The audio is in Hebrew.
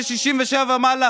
השר פריג',